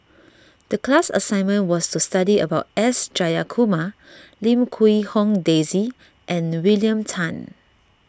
the class assignment was to study about S Jayakumar Lim Quee Hong Daisy and William Tan